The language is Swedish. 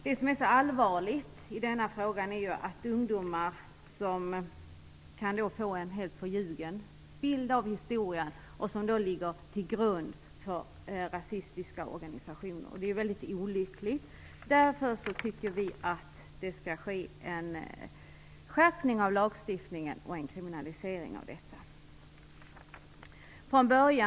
Det som är så allvarligt är att ungdomar kan få en helt förljugen bild av historien, som kan ligga till grund för rasistiska organisationer. Det är mycket olyckligt. Därför tycker vi att det skall ske en skärpning av lagstiftningen och en kriminalisering av detta.